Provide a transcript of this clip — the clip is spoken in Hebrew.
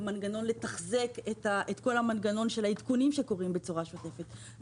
לתחזק את כל המנגנון של העדכונים שקורים בצורה שוטפת.